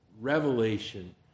revelation